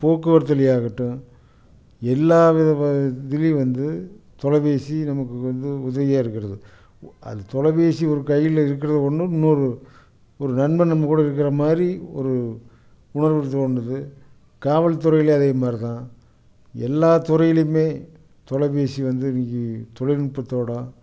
போக்குவரத்துலையாகட்டும் எல்லா விதமான இதுலையும் வந்து தொலைப்பேசி நமக்கு வந்து உதவியாக இருக்கிறது அது தொலைப்பேசி ஒரு கையில இருக்கிறது ஒன்றும் இன்னொரு ஒரு நண்பன் நம்மகூட இருக்குறமாதிரி ஒரு உணர்வு தோணுது காவல் துறைலையும் அதேமாதிரி தான் எல்லா துறையிலையுமே தொலைப்பேசி வந்து இன்னக்கு தொழில்நுட்பத்தோட